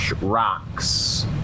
rocks